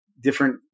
different